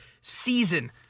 season